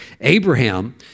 Abraham